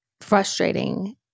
frustrating